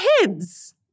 Kids